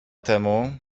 temu